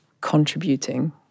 contributing